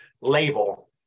label